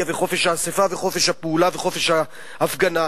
וחופש האספה וחופש הפעולה וחופש ההפגנה,